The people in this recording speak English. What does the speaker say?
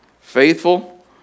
faithful